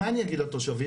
מה אני אגיד לתושבים?